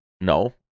No